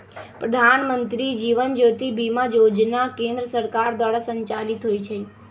प्रधानमंत्री जीवन ज्योति बीमा जोजना केंद्र सरकार द्वारा संचालित होइ छइ